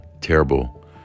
terrible